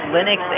Linux